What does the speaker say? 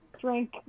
drink